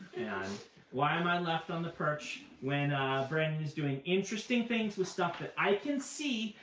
and why am i left on the perch when brandon is doing interesting things with stuff that i can see,